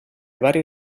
varie